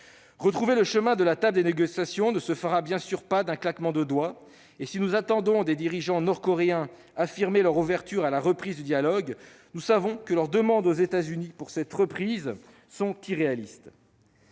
Retrouver le chemin de la table des négociations ne se fera bien sûr pas d'un claquement de doigts. Si nous entendons les dirigeants nord-coréens affirmer leur ouverture à la reprise du dialogue, nous savons que les demandes qu'ils adressent aux États-Unis comme condition de cette reprise sont irréalistes,